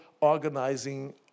organizing